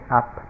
up